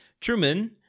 Truman